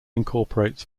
incorporates